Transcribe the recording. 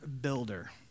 builder